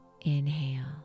inhale